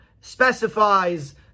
specifies